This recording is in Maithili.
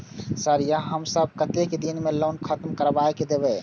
सर यहाँ सब कतेक दिन में लोन खत्म करबाए देबे?